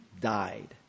died